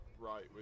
Right